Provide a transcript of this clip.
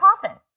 coffin